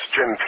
Jim